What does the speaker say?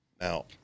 Now